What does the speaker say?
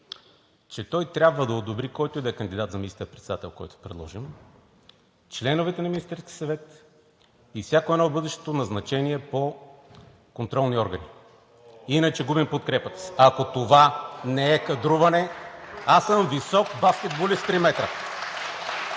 че той трябва да одобри, който и да е кандидат за министър-председател, който предложим, членовете на Министерския съвет и всяко едно бъдещо назначение по контролни органи, иначе губим подкрепата си. Ако това не е кадруване, аз съм висок баскетболист три метра.